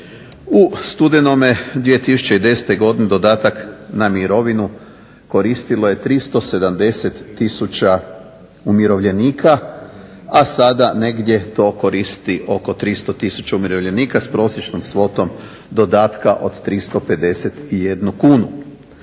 U studenom 2010. godine dodatak na mirovinu koristilo je 370 tisuća umirovljenika, a sada negdje to koristi oko 300 tisuća umirovljenika s prosječnom svotom dodatka od 351 kunu.